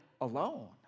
alone